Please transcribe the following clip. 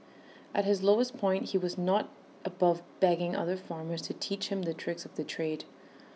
at his lowest point he was not above begging other farmers to teach him the tricks of the trade